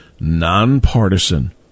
nonpartisan